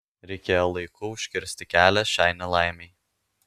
reikėjo laiku užkirsti kelią šiai nelaimei